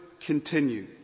continue